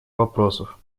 вопросов